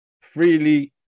freely